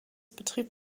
betrieb